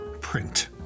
print